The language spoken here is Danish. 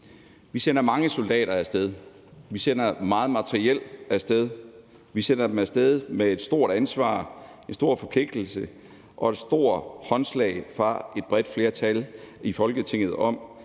Vi sender mange soldater af sted, vi sender meget materiel af sted, vi sender dem af sted med et stort ansvar, en stor forpligtelse og et stort håndslag fra et bredt flertal i Folketinget om,